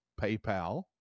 PayPal